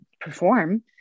perform